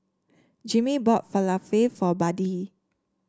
Jimmie bought Falafel for Buddie